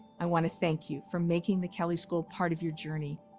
i want to thank you for making the kelley school part of your journey.